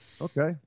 Okay